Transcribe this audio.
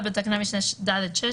(1)בתקנת משנה (ד)(6),